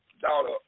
daughter